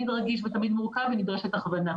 לסוגיה שעלתה פה בדיון הקודם.